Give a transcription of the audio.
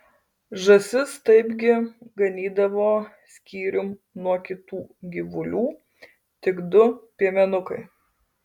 žąsis taipgi ganydavo skyrium nuo kitų gyvulių tik du piemenukai